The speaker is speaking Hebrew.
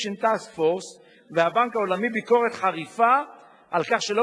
Task Force והבנק העולמי ביקורת חריפה על כך שלא